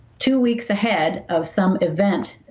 two weeks ahead of some event.